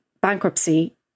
bankruptcy